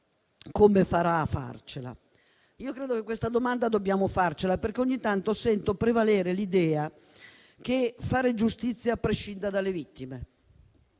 come farà a farcela? Credo che questa domanda dobbiamo farcela, perché ogni tanto sento prevalere l'idea che fare giustizia prescinda dalle vittime